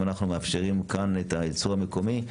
אם אנחנו מאפשרים כאן את הייצור המקומי,